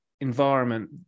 environment